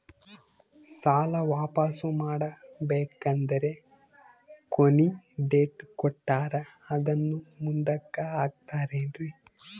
ಸಾಲ ವಾಪಾಸ್ಸು ಮಾಡಬೇಕಂದರೆ ಕೊನಿ ಡೇಟ್ ಕೊಟ್ಟಾರ ಅದನ್ನು ಮುಂದುಕ್ಕ ಹಾಕುತ್ತಾರೇನ್ರಿ?